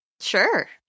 Sure